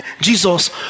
Jesus